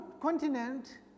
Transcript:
continent